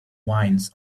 wines